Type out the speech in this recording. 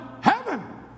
heaven